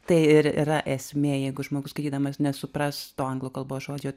tai ir yra esmė jeigu žmogus skaitydamas nesupras to anglų kalbos žodžio